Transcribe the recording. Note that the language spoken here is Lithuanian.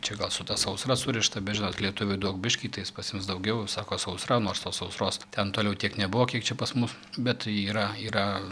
čia gal su ta sausra surišta bet žinot lietuviui duok biškį tai jis pasiims daugiau sako sausra nors tos sausros ten toliau tiek nebuvo kiek čia pas mus bet yra yra